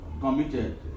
committed